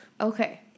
okay